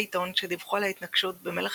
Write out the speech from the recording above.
עזב בגיל עשר בצאתו לעבוד במפעל.